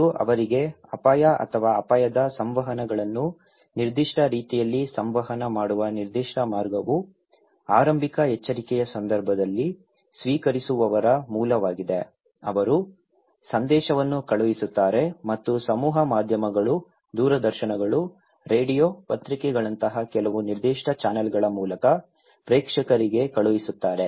ಮತ್ತು ಅವರಿಗೆ ಅಪಾಯ ಅಥವಾ ಅಪಾಯದ ಸಂವಹನಗಳನ್ನು ನಿರ್ದಿಷ್ಟ ರೀತಿಯಲ್ಲಿ ಸಂವಹನ ಮಾಡುವ ನಿರ್ದಿಷ್ಟ ಮಾರ್ಗವು ಆರಂಭಿಕ ಎಚ್ಚರಿಕೆಯ ಸಂದರ್ಭದಲ್ಲಿ ಸ್ವೀಕರಿಸುವವರ ಮೂಲವಾಗಿದೆ ಅವರು ಸಂದೇಶವನ್ನು ಕಳುಹಿಸುತ್ತಾರೆ ಮತ್ತು ಸಮೂಹ ಮಾಧ್ಯಮಗಳು ದೂರದರ್ಶನಗಳು ರೇಡಿಯೋ ಪತ್ರಿಕೆಗಳಂತಹ ಕೆಲವು ನಿರ್ದಿಷ್ಟ ಚಾನಲ್ಗಳ ಮೂಲಕ ಪ್ರೇಕ್ಷಕರಿಗೆ ಕಳುಹಿಸುತ್ತಾರೆ